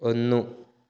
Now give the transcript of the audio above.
ഒന്ന്